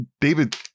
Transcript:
David